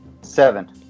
seven